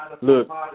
look